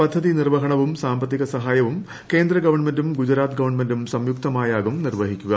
പദ്ധതി നിർവ്വഹണവും സാമ്പത്തിക സഹായവും കേന്ദ്ര ഗവൺമെന്റും ഗുജറാത്ത് ഗവൺമെന്റും സംയുക്തമായാകും നിർവ്വഹിക്കുക